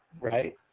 right